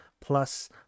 Plus